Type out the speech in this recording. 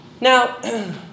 now